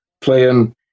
playing